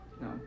No